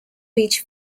ridge